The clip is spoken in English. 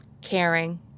caring